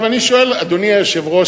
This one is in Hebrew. אדוני היושב-ראש,